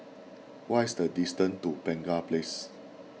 what is the distance to Penaga Place